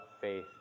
faith